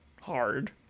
hard